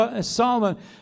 Solomon